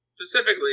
Specifically